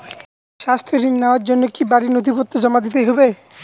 স্বাস্থ্য ঋণ নেওয়ার জন্য কি বাড়ীর নথিপত্র জমা দিতেই হয়?